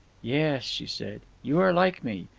yes, she said, you are like me.